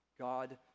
God